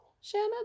shanna